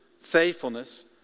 faithfulness